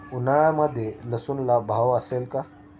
उन्हाळ्यामध्ये लसूणला भाव असेल का?